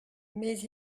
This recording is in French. mais